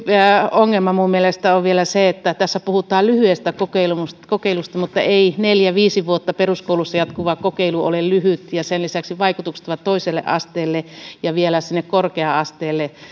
ongelma mielestäni on vielä se että tässä puhutaan lyhyestä kokeilusta kokeilusta mutta ei neljä viiva viisi vuotta peruskoulussa jatkuva kokeilu ole lyhyt ja sen lisäksi vaikutukset ovat toiselle asteelle ja vielä sinne korkea asteelle